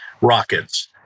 rockets